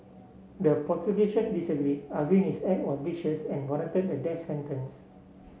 the prosecution disagree arguing his act was vicious and warranted the death sentence